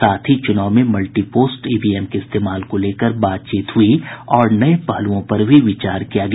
साथ ही चुनाव में मल्टीपोस्ट ईवीएम के इस्तेमाल को लेकर बातचीत हुई और नये पहलुओं पर भी विचार किया गया